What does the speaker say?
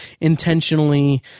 intentionally